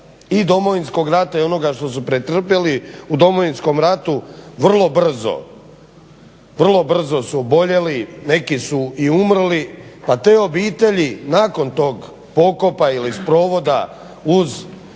i Domovinskog rata i onoga što su pretrpjeli u Domovinskom ratu vrlo brzo su oboljeli, neki su i umrli, pa te obitelji nakon tog pokopa ili sprovoda uz